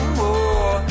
more